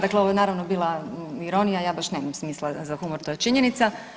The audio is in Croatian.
Dakle, ovo je naravno bila ironija, ja baš nemam smisla za humor, to je činjenica.